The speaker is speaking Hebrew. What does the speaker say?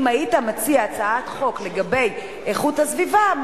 אם היית מציע הצעת חוק לגבי איכות הסביבה,